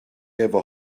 efo